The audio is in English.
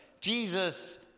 Jesus